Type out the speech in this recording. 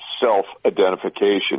self-identification